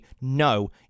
no